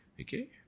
Okay